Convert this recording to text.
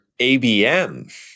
ABM